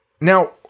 Now